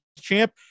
champ